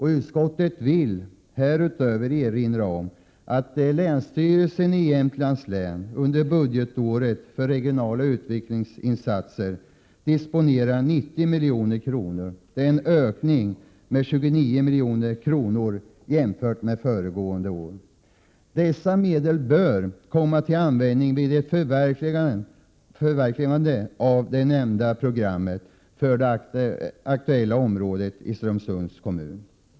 Utskottet vill härutöver erinra om att länsstyrelsen i Jämtlands län under budgetåret för regionala utvecklingsinsatser disponerar 90 milj.kr., en ökning med 29 milj.kr. jämfört med föregående budgetår. Dessa medel bör kunna komma till användning vid ett förverkligande av det nämnda programmet för det aktuella området i Strömsunds kommun.